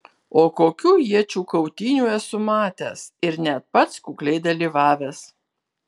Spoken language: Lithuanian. o kokių iečių kautynių esu matęs ir net pats kukliai dalyvavęs